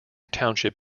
township